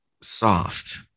soft